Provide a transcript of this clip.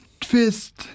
twist